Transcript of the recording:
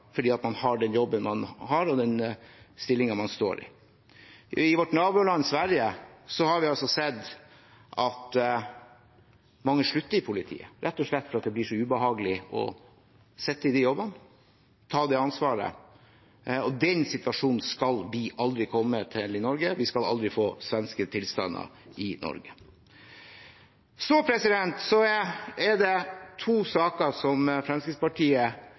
fordi man har den jobben man har, og den stillingen man står i. I vårt naboland Sverige har vi sett at mange slutter i politiet, rett og slett fordi det blir så ubehagelig å sitte i de jobbene og ta det ansvaret. Den situasjonen skal vi aldri komme til i Norge – vi skal aldri få svenske tilstander i Norge. Så er det to saker som Fremskrittspartiet er